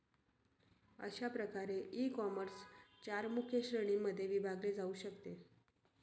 अशा प्रकारे ईकॉमर्स चार मुख्य श्रेणींमध्ये विभागले जाऊ शकते